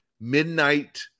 midnight